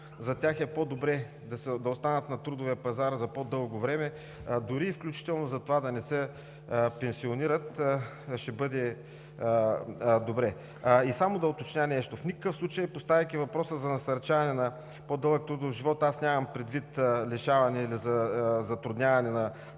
за тях е по-добре да останат на трудовия пазар за по-дълго време, дори и включително за това да не се пенсионират, ще бъде добре. Да уточня нещо само. В никакъв случай, поставяйки въпроса за насърчаване на по-дълъг трудов живот, аз нямам предвид лишаване или затрудняване на